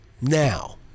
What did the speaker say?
Now